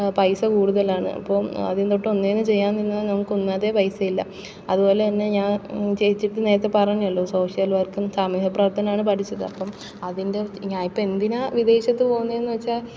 പൈസ കൂടുതലാണ് അപ്പം ആദ്യം തൊട്ട് ഒന്നേന്ന് ചെയ്യാൻ നിന്നാൽ നമുക്ക് ഒന്നാമത്തെ പൈസയില്ല അതുപോലെ തന്നെ ഞാ ചേച്ചിക്ക് നേരത്തെ പറഞ്ഞല്ലോ സോഷ്യൽ വർക്കും സാമൂഹ്യ പ്രവർത്തനവുമാണ് പഠിച്ചത് അപ്പം അതിൻ്റെ ഞാ ഇപ്പോൾ എന്തിനാ വിദേശത്ത് പോകുന്നതെന്ന് വെച്ചാൽ